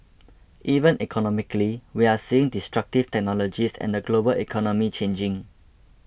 even economically we're seeing destructive technologies and the global economy changing